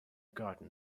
garden